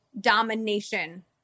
domination